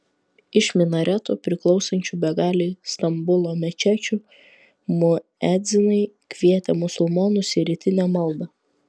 iš minaretų priklausančių begalei stambulo mečečių muedzinai kvietė musulmonus į rytinę maldą